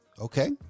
okay